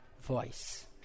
voice